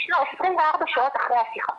יש לו 24 שעות אחרי השיחה.